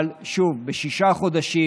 אבל שוב, בשישה חודשים,